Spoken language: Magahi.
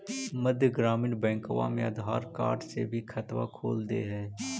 मध्य ग्रामीण बैंकवा मे आधार कार्ड से भी खतवा खोल दे है?